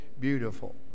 beautiful